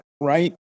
right